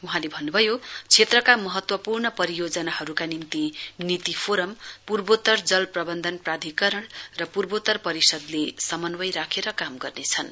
वहाँले भन्नुभयो क्षेत्रका महत्वपूर्ण परियोजनाहरूका निम्ति एनआईटीआई फोरम पूर्वोत्तर जल प्रबन्धन प्राधिकरण र पूर्वोत्तर परिषदले समन्वय राखेर काम गर्नेछन्